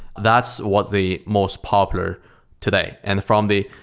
that's what the most popular today. and from the,